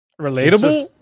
relatable